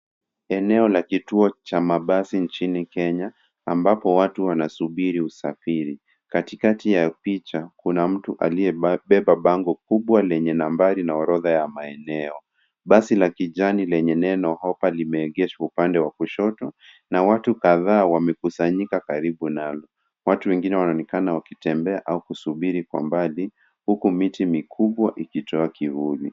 Eneo la kituo cha mabasi nchini Kenya, ambapo watu wanasubiri usafiri. Katikati ya picha, kuna mtu aliyebeba bango kubwa lenye nambari na orodha ya maeneo. Basi la kijani lenye neno Hopper limeegeshwa upande wa kushoto, na watu kadhaa wamekusanyika karibu nalo. Watu wengine wanaonekana wakitembea au kusubiri kwa mbali, huku miti mikubwa ikitoa kivuli.